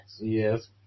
Yes